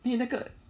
因为那个